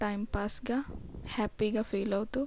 టైమ్పాస్గా హ్యాపీగా ఫీల్ అవుతూ